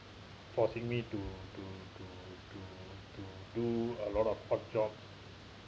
forcing me to to to to to do a lot of odd job